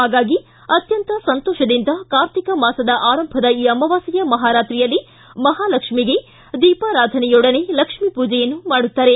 ಹಾಗಾಗಿ ಅತ್ಯಂತ ಸಂತೋಷದಿಂದ ಕಾರ್ತಿಕ ಮಾಸದ ಆರಂಭದ ಈ ಅಮಾವಾಸ್ಥೆಯ ಮಹಾರಾತ್ರಿಯಲ್ಲಿ ಮಹಾಲಕ್ಷ್ಮೀಗೆ ದೀಪಾರಾಧನೆಯೊಡನೆ ಲಕ್ಷ್ಮೀಪೂಜೆಯನ್ನು ಮಾಡುತ್ತಾರೆ